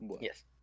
Yes